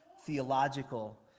theological